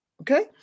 okay